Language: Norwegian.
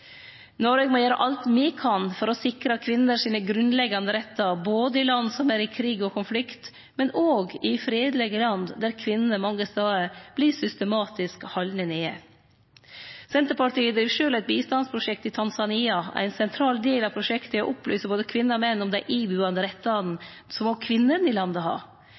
Noreg må gjere alt ein kan for å sikre kvinner sine grunnleggjande rettar både i land som er i krig og konflikt, og i fredelege land der kvinnene mange stader vert systematisk haldne nede. Senterpartiet driv sjølv eit bistandsprosjekt i Tanzania. Ein sentral del av prosjektet er å opplyse både kvinner og menn om dei ibuande rettane som også kvinnene i landet har.